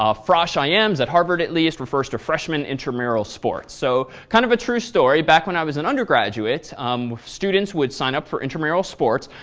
ah frosh ims at harvard at least refers to freshman intramural sports. so, kind of a true story, back when i was an undergraduate um students would sign up for intramural sports,